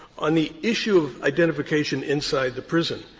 on the issue of identification inside the prison,